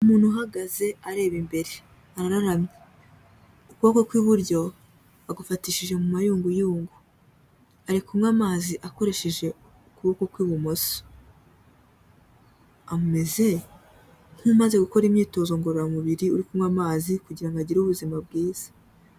Umuntu uhagaze areba imbere, araramye. Ukuboko kw'iburyo agufatishije mu mayunguyungu. Ari kunywa amazi akoresheje ukuboko kw'ibumoso. Ameze nk'umaze gukora imyitozo ngororamubiri uri kunywa amazi kugira ngo agire ubuzima bwiza.